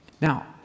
now